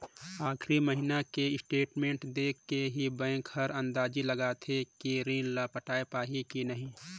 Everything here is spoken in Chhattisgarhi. आखरी महिना के स्टेटमेंट देख के ही बैंक हर अंदाजी लगाथे कि रीन ल पटाय पाही की नही